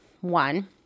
One